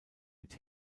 mit